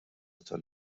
tal